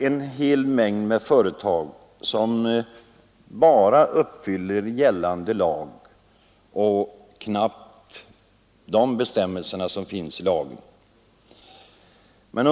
En hel mängd företag uppfyller enbart lagens krav och knappt det.